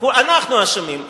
אנחנו אשמים,